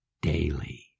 daily